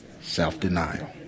self-denial